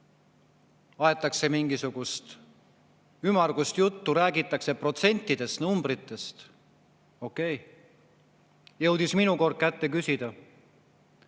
aetakse mingisugust ümmargust juttu, räägitakse protsentidest ja numbritest. Okei, jõudis kätte minu kord küsida.